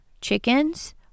chickens